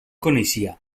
coneixia